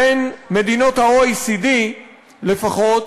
בין מדינות ה-OECD לפחות,